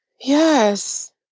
Yes